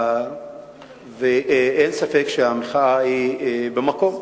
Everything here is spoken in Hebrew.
ואין ספק שהמחאה היא במקום.